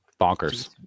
Bonkers